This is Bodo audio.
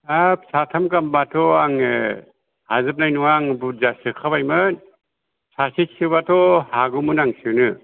हाब साथाम गाहामबाथ' आं हाजोबनाय नङा आं बुरजा सोखाबायमोन सासे सोबाथ' हागौमोन आं सोनो